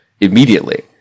immediately